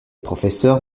professeurs